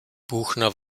buchner